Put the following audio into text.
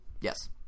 Yes